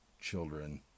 children